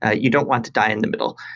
ah you don't want to die in the middle.